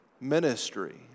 ministry